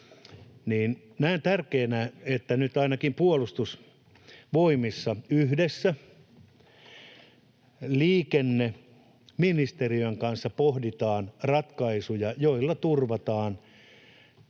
näen tärkeänä, että nyt ainakin Puolustusvoimissa yhdessä liikenneministeriön kanssa pohditaan ratkaisuja, joilla turvataan